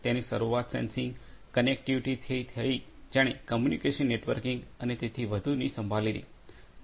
તેની શરૂઆત સેન્સિંગ કનેક્ટિવિટીથી થઈ જેણે કમ્યુનિકેશન નેટવર્કિંગ સંભાળ લીધી અને વગેરે